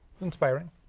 Inspiring